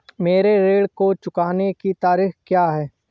मेरे ऋण को चुकाने की तारीख़ क्या है?